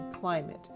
climate